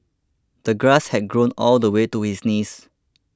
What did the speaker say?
the grass had grown all the way to his knees